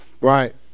right